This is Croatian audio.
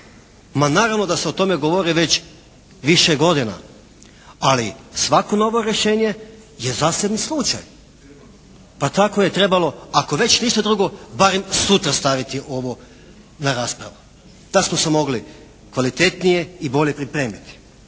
Ma naravno da se o tome govori već više godina. Ali svako novo rješenje je zasebni slučaj. Pa tako je trebalo ako već ništa drugo barem sutra staviti ovo na raspravu. Da smo se mogli kvalitetnije i bolje pripremiti.